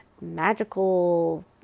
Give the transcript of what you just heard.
magical